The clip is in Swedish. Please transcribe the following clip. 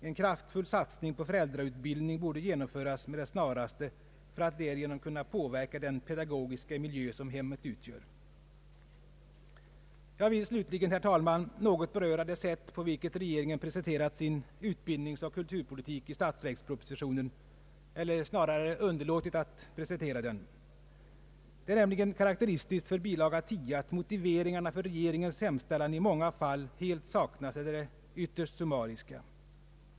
En kraftfull satsning på föräldrautbildning borde genomföras med det snaraste för att därigenom kunna påverka den pedagogiska miljö som hemmet utgör. Jag vill slutligen, herr talman, något beröra det sätt på vilket regeringen presenterat sin utbildningsoch kulturpolitik i statsverkspropositionen, eller snarare underlåtit att presentera den. Det är nämligen karaktäristiskt för bilaga 10 att motiveringarna för regeringens hemställan i många fall helt saknas eller är ytterst summariska.